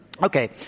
Okay